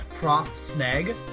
ProfSnag